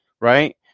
right